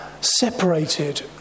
separated